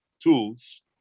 tools